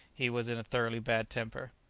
he was in a thoroughly bad temper.